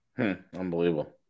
Unbelievable